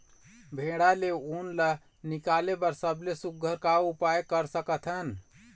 भेड़ा ले उन ला निकाले बर सबले सुघ्घर का उपाय कर सकथन?